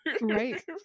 Right